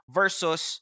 versus